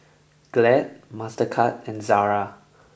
Glad Mastercard and Zara